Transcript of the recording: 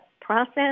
process